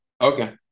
okay